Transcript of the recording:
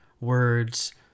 words